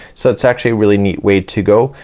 so it's actually a really neat way to go.